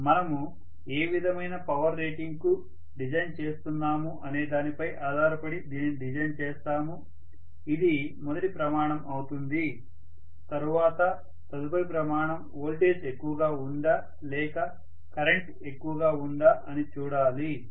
మనము ఏ విధమైన పవర్ రేటింగ్ కు డిజైన్ చేస్తున్నాము అనేదానిపై ఆధారపడి దీనిని డిజైన్ చేస్తాము ఇది మొదటి ప్రమాణం అవుతుంది తరువాత తదుపరి ప్రమాణం వోల్టేజ్ ఎక్కువగా ఉందా లేక కరెంట్ ఎక్కువగా ఉందా అని చూడాలి